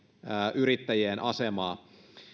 yrittäjien asemaa